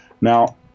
Now